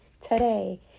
today